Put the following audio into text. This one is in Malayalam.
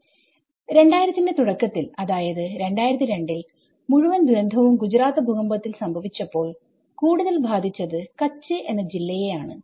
2000 ത്തിന്റെ തുടക്കത്തിൽ അതായത് 2002 ൽ മുഴുവൻ ദുരന്തവും ഗുജറാത്ത് ഭൂകമ്പത്തിൽ സംഭവിച്ചപ്പോൾ കൂടുതൽ ബാധിച്ചത് കച്ച് എന്ന ജില്ലയെ ആണ്